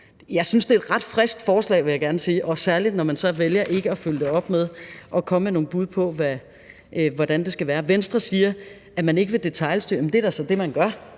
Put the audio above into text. Jeg synes, det er et ret friskt forslag, vil jeg gerne sige, og særlig, når man så vælger ikke at følge det op med at komme med nogle bud på, hvordan det skal være. Venstre siger, at man ikke vil detailstyre; men det er da så det, man gør,